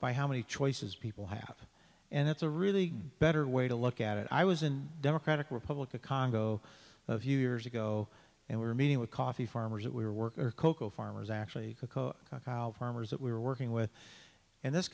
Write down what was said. by how many choices people have and it's a really better way to look at it i was in democratic republic of congo a few years ago and we were meeting with coffee farmers that were worker cocoa farmers actually farmers that we were working with and this